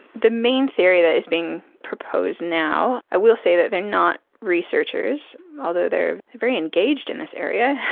the main theory that is being proposed now, i will say that they are not researchers, although they are very engaged in this area,